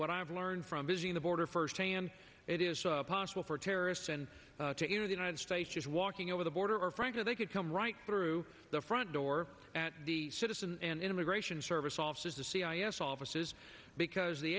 what i've learned from visiting the border firsthand it is possible for terrorists and to enter the united states just walking over the border or frankly they could come right through the front door at the citizen and immigration service offices the c i s offices because the